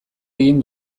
egin